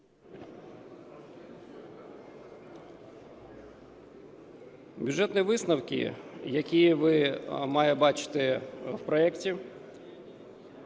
Бюджетні висновки, які ви маєте бачити в проекті,